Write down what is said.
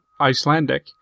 Icelandic